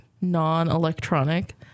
non-electronic